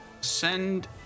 send